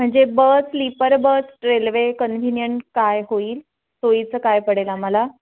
म्हणजे bus sleeper bus railway convenient काय होईल सोयीचं काय पडेल आम्हाला